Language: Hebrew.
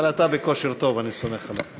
אבל אתה בכושר טוב, אני סומך עליך.